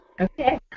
Okay